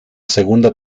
segunda